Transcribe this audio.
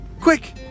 quick